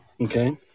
Okay